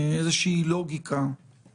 איזושהי לוגיקה,